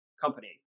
company